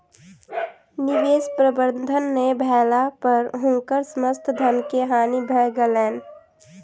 निवेश प्रबंधन नै भेला पर हुनकर समस्त धन के हानि भ गेलैन